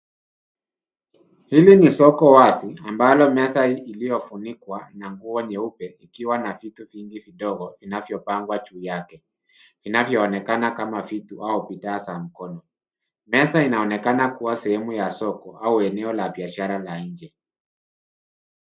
Hili ni soko wazi ambalo meza iliyofunikwa na nguo nyeupe ikiwa na vitu vingi vidogo vinavyopangwa juu yake, vinavyoonekana kama vitu au bidhaa za mkono. Meza inaonekana kuwa sehemu ya soko au eneo la biashara la nje.